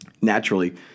naturally